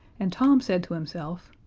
and tom said to himself,